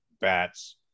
bats